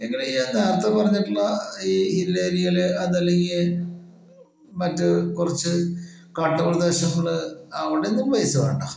നിങ്ങള് ഈ നേരത്തെ പറഞ്ഞിട്ടുള്ള ഈ ഹില്ലേരിയയിലെ അതല്ലങ്കിൽ മറ്റ് കുറച്ച് കാട്ട് പ്രദേശങ്ങള് അവിടൊന്നും പൈസ വേണ്ട